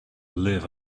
live